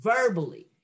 verbally